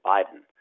Biden